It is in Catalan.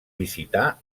visitar